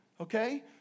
okay